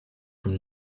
from